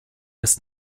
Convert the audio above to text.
ist